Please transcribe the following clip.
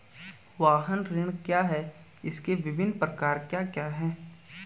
वाहन ऋण क्या है इसके विभिन्न प्रकार क्या क्या हैं?